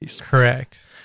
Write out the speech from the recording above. Correct